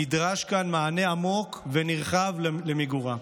נדרש כאן מענה עמוק ונרחב למיגורה.